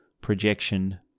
projection